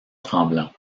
tremblant